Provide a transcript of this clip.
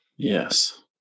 Yes